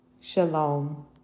Shalom